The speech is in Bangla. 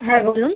হ্যাঁ বলুন